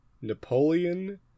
Napoleon